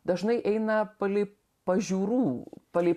dažnai eina palei pažiūrų palei